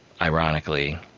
ironically